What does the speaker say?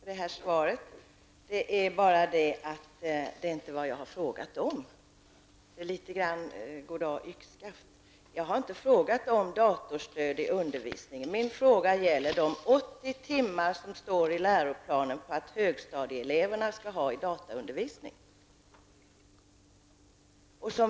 Herr talman! Jag tackar statsrådet för svaret. Men det som sägs i svaret har jag inte frågat om. Svaret är något av ett god dag yxskaft. Jag har inte frågat om datorstöd i undervisningen. Min fråga gäller det som står i läroplanen om att högstadieeleverna skall ha 80 timmar dataundervisning.